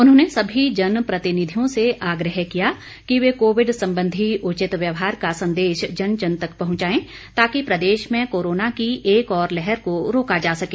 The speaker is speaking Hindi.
उन्होंने सभी जन प्रतिनिधियों से आग्रह किया कि वे कोविड संबंधी उचित व्यवहार का संदेश जन जन तक पहुंचाएं ताकि प्रदेश में कोरोना की एक और लहर को रोका जा सके